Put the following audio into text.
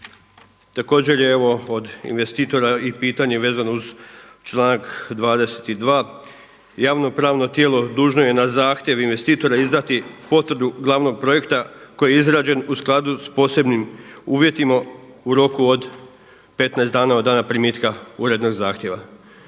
Također je evo od investitora i pitanje vezano uz članak 22. Javno-pravno tijelo dužno je na zahtjev investitora izdati potvrdu glavnog projekta koji je izrađen u skladu sa posebnim uvjetima u roku od 15 dana od dana primitka urednog zahtjeva.